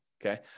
Okay